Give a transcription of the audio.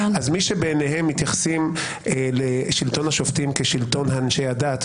אז מי שבעיניהם מתייחסים לשלטון השופטים כשלטון אנשי הדת,